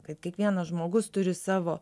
kad kiekvienas žmogus turi savo